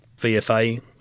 VFA